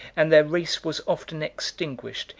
and their race was often extinguished,